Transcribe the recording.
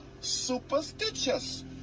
Superstitious